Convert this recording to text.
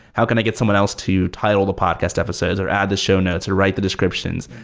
how can i get someone else to title the podcast episodes or add the show notes or write the descriptions?